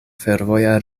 fervoja